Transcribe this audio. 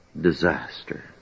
disaster